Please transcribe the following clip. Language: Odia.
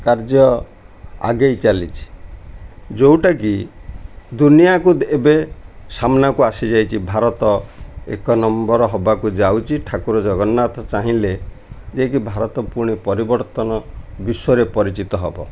କାର୍ଯ୍ୟ ଆଗେଇ ଚାଲିଛି ଯେଉଁଟାକି ଦୁନିଆକୁ ଏବେ ସାମ୍ନାକୁ ଆସିଯାଇଛି ଭାରତ ଏକ ନମ୍ବର ହେବାକୁ ଯାଉଛି ଠାକୁର ଜଗନ୍ନାଥ ଚାହିଁଲେ ଯେ କି ଭାରତ ପୁଣି ପରିବର୍ତ୍ତନ ବିଶ୍ୱରେ ପରିଚିତ ହବ